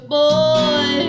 boy